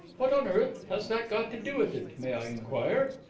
what on earth has that got to do with it, may i inquire?